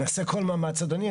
אני אעשה כל מאמץ אדוני.